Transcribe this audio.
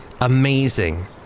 amazing